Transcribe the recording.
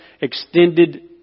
extended